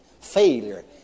failure